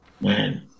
man